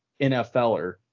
NFLer